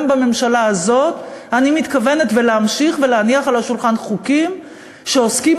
גם בממשלה הזאת אני מתכוונת להמשיך להניח על השולחן חוקים שעוסקים,